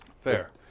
Fair